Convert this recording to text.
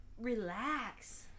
relax